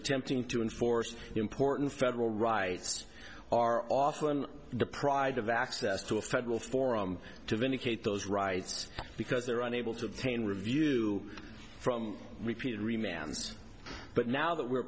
attempting to enforce important federal rights are often deprived of access to a federal forum to vindicate those rights because they are unable to obtain review from repeated remands but now that we're